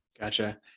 Gotcha